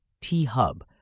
T-Hub